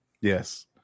Yes